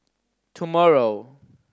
tomorrow